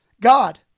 God